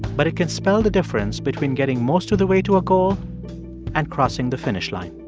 but it can spell the difference between getting most of the way to a goal and crossing the finish line